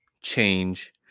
change